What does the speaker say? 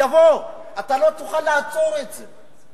יבוא, אתה לא תוכל לעצור את זה.